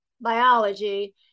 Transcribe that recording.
biology